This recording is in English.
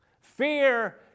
Fear